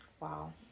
Wow